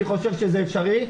אני חושב שזה אפשרי.